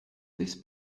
this